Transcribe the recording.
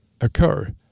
occur